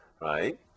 right